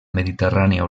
mediterrània